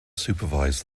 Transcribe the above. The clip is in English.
supervise